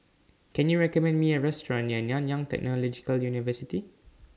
Can YOU recommend Me A Restaurant near Nanyang Technological University